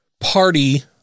party